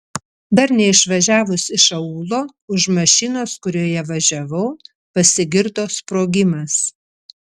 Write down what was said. dar neišvažiavus iš aūlo už mašinos kurioje važiavau pasigirdo sprogimas